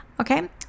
Okay